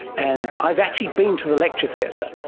and i've actually been to the lecture theatre,